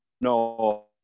no